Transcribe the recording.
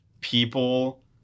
people